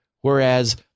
Whereas